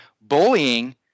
bullying